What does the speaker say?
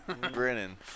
grinning